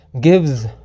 gives